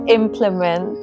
implement